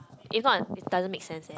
if not it doesn't make sense eh